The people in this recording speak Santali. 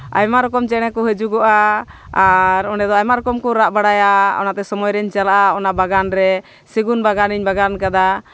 ᱟᱭᱢᱟ ᱨᱚᱠᱚᱢ ᱪᱮᱬᱮ ᱠᱚ ᱦᱤᱡᱩᱜᱚᱜᱼᱟ ᱟᱨ ᱚᱸᱰᱮ ᱫᱚ ᱟᱭᱢᱟ ᱨᱚᱠᱚᱢ ᱠᱚ ᱨᱟᱜ ᱵᱟᱲᱟᱭᱟ ᱚᱱᱟᱛᱮ ᱥᱚᱢᱚᱭᱨᱤᱧ ᱪᱟᱞᱟᱜᱼᱟ ᱚᱱᱟ ᱵᱟᱜᱟᱱ ᱨᱮ ᱥᱮᱹᱜᱩᱱ ᱵᱟᱜᱟᱱᱤᱧ ᱵᱟᱜᱟᱱ ᱠᱟᱫᱟ